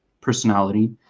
personality